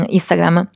Instagram